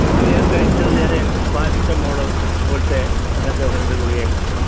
ഗുളിക ഞാൻ കഴിച്ചത് ചെറിയ പാരസെറ്റമോള് പോലത്തെ അങ്ങനത്തെ ഒന്നു രണ്ടു ഗുളികയൊക്കെ കഴിച്ചു